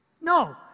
No